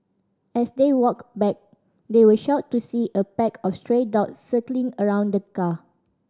as they walked back they were shocked to see a pack of stray dogs circling around the car